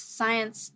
science